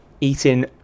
eating